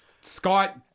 Scott